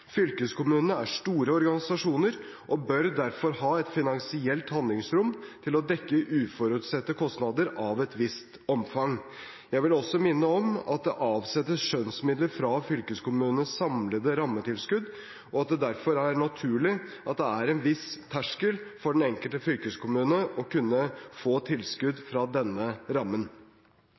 Fylkeskommunene er store organisasjoner og bør derfor ha et finansielt handlingsrom til å dekke uforutsette kostnader av et visst omfang. Jeg vil også minne om at det avsettes skjønnsmidler fra fylkeskommunenes samlede rammetilskudd, og at det derfor er naturlig at det er en viss terskel for den enkelte fylkeskommune for å kunne få tilskudd fra denne rammen.